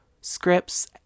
scripts